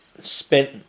spent